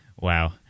wow